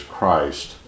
Christ